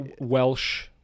Welsh